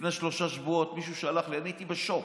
לפני שלושה שבועות, מישהו שלח לי, הייתי בשוק.